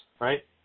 right